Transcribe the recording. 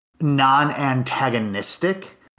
non-antagonistic